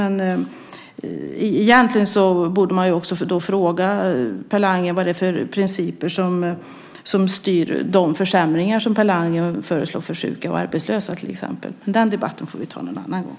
Men egentligen skulle jag vilja fråga Per Landgren vilka principer det är som styr de försämringar som han föreslår för till exempel sjuka och arbetslösa. Men den debatten får vi ta någon annan gång.